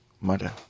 mother